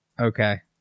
okay